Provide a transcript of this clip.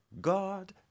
God